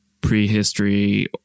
prehistory